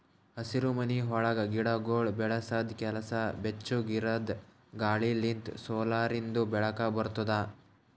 ಹಸಿರುಮನಿ ಒಳಗ್ ಗಿಡಗೊಳ್ ಬೆಳಸದ್ ಕೆಲಸ ಬೆಚ್ಚುಗ್ ಇರದ್ ಗಾಳಿ ಲಿಂತ್ ಸೋಲಾರಿಂದು ಬೆಳಕ ಬರ್ತುದ